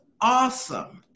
awesome